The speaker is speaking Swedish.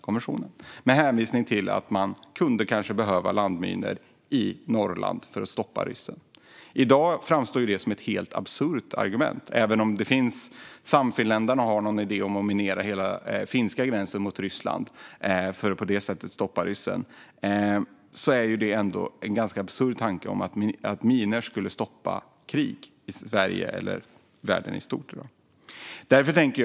Man hänvisade till att vi kanske kunde behöva landminor i Norrland för att stoppa ryssen. I dag framstår detta som ett helt absurt argument, även om exempelvis Sannfinländarna har en idé om att minera hela den finska gränsen mot Ryssland för att på så vis stoppa ryssen. Tanken att minor skulle stoppa krig i Sverige eller världen i stort är absurd.